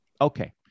Okay